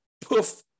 poof